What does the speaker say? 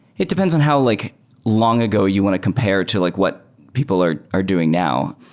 it depends on how like long ago you want to compare to like what people are are doing now.